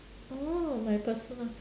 oh my personal